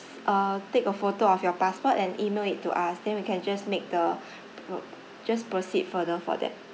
uh take a photo of your passport and email it to us then we can just make the po~ just proceed further for that